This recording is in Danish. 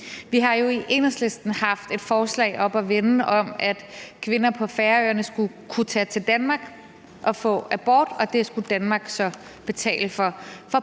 Vi har i Enhedslisten haft et forslag oppe at vende om, at kvinder på Færøerne skulle kunne tage til Danmark og få abort, og det skulle Danmark så betale for,